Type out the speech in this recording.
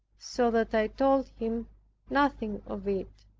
so that i told him nothing of it.